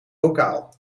bokaal